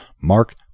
Mark